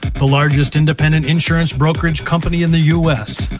the largest independent insurance brokerage company in the us.